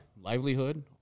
livelihood